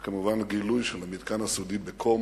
וכמובן, גילוי של המתקן הסודי בקום.